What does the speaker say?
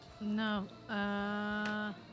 No